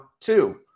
two